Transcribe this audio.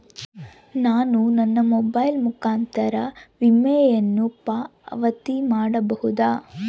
ನಾನು ನನ್ನ ಮೊಬೈಲ್ ಮುಖಾಂತರ ವಿಮೆಯನ್ನು ಪಾವತಿ ಮಾಡಬಹುದಾ?